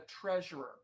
treasurer